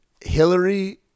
Hillary